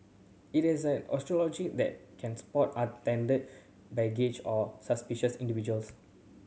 it has an algorithm that can spot unattended baggage or suspicious individuals